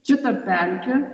šitą pelkę